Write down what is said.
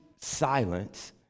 silence